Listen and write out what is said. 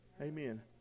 Amen